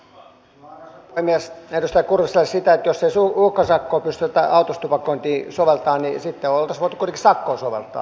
edustaja kurviselle siitä että jos ei uhkasakkoa pystytä autossa tupakointiin soveltamaan niin sitten olisi kuitenkin voitu sakkoa soveltaa